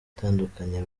itandukanye